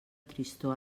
tristor